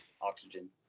oxygen